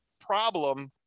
problem